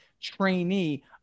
trainee